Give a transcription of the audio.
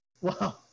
Wow